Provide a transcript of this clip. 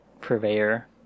Purveyor